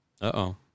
Uh-oh